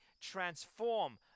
transform